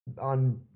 on